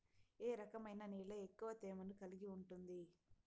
ఏ రకమైన నేల ఎక్కువ తేమను కలిగి ఉంటుంది?